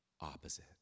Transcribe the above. opposite